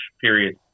period